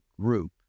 group